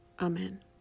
amen